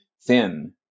thin